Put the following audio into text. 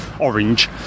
orange